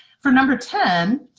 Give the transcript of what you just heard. for number ten,